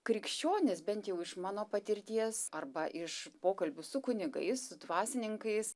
krikščionys bent jau iš mano patirties arba iš pokalbių su kunigais su dvasininkais